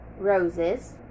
roses